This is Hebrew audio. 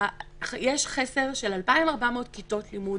יש חסר של 2,400 כיתות לימוד